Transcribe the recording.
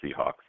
Seahawks